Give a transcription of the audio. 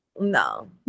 No